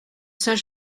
saint